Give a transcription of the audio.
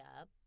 up